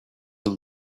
with